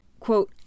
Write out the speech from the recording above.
Quote